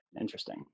interesting